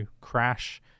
crash